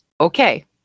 Okay